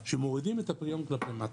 שמורידים את הפריון כלפי מטה.